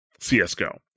CSGO